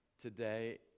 today